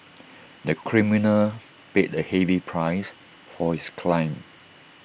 the criminal paid A heavy price for his crime